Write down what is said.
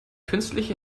künstliche